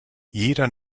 jeder